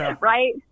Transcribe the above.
Right